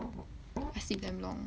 oh I see them long